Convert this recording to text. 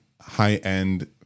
high-end